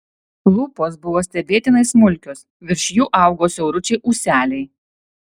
lūpos buvo stebėtinai smulkios virš jų augo siauručiai ūseliai